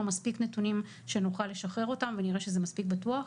מספיק נתונים שנוכל לשחרר אותם ונראה שזה מספיק בטוח,